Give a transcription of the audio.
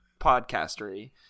podcastery